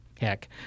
Heck